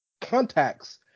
contacts